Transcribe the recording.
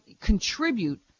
contribute